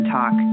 Talk